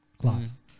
class